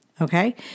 okay